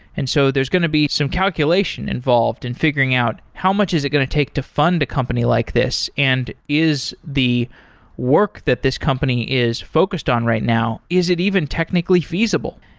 and so there's going to be some calculation involved in figuring out how much is it going to take to fund a company like this, and is the work that this company is focused on right now, is it even technically feasible?